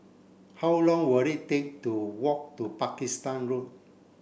how long will it take to walk to Pakistan Road